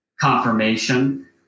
confirmation